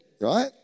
right